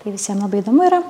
tai visiem labai įdomu yra